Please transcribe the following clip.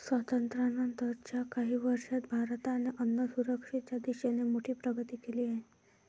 स्वातंत्र्यानंतर च्या काही वर्षांत भारताने अन्नसुरक्षेच्या दिशेने मोठी प्रगती केली आहे